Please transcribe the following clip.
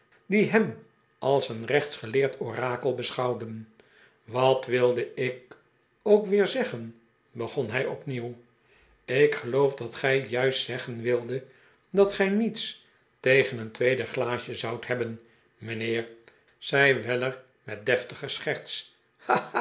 die hem als een rechtsgeleerd orakel beschouwden wat wilde ik ook weer zeggen begon hij opnieuw ik geloof dat gij juist zeggen wildet dat gij niets tegen een tweede glaasje zoudt hebben mijnheer zei weller met deftige scherts